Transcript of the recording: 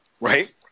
right